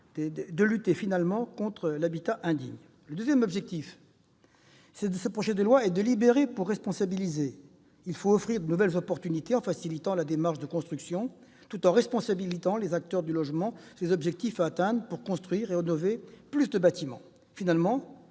de lutter enfin contre l'habitat indigne. Le second objectif est de libérer pour responsabiliser. Il faut offrir de nouvelles opportunités en facilitant la démarche de construction tout en responsabilisant les acteurs du logement quant aux objectifs à atteindre pour construire et rénover plus de bâtiments. Monsieur